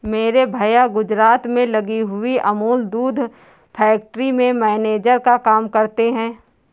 मेरे भैया गुजरात में लगी हुई अमूल दूध फैक्ट्री में मैनेजर का काम करते हैं